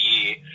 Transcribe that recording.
year